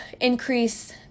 increase